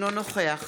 אינו נוכח